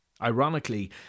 Ironically